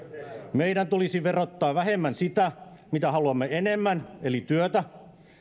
meidän tulisi verottaa vähemmän sitä mitä haluamme enemmän eli työtä